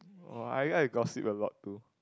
oh I like to gossip a lot too